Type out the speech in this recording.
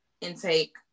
intake